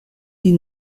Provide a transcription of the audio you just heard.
die